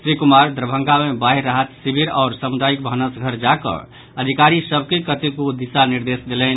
श्री कुमार दरभंगा मे बाढ़ि राहत शिविर आओर सामुदायिक भानस घर जाकऽ अधिकारी सभ के कतेको दिशा निर्देश देलनि